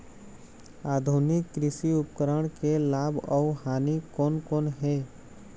आधुनिक कृषि उपकरण के लाभ अऊ हानि कोन कोन हे?